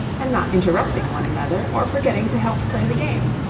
and not interrupting one another or forgetting to help play the game.